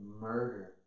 murder